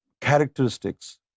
characteristics